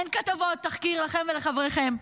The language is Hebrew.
אין כתבות תחקיר עליכם ועל חבריכם,